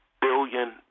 billion